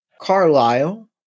Carlisle